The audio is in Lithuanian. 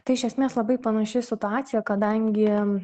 tai iš esmės labai panaši situacija kadangi